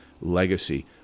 legacy